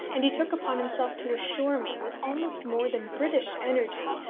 and he took upon himself to assure me, with almost more than british energy,